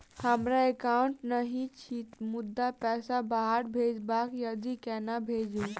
हमरा एकाउन्ट नहि अछि मुदा पैसा बाहर भेजबाक आदि केना भेजू?